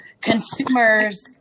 consumers